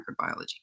microbiology